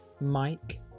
Mike